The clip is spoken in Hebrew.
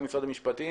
משרד המשפטים.